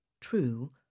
True